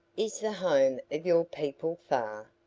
is the home of your people far?